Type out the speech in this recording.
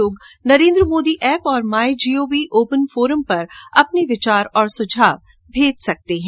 लोग नरेन्द्र मोदी ऐप और my G O V open forum पर अपने विचार और सुझाव भेज सकते हैं